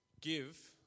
give